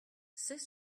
c’est